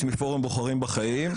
אני מפורום "בוחרים בחיים".